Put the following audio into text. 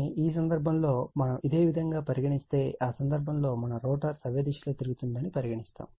కానీ ఈ సందర్భంలో మనం ఇదే విధంగా పరిగణిస్తే ఈ సందర్భంలో మనం రోటర్ సవ్యదిశలో తిరుగుతుంది అని పరిగణిస్తాము